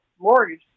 mortgage